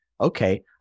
okay